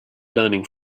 learning